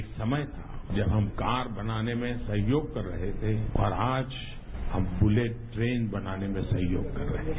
एक समय था जब हम कार बनाने में सहयोग कर रहे थे और आज हम बुलेट ट्रेन बनाने में सहयोग कर रहे हैं